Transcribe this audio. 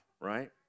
right